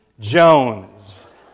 Jones